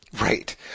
Right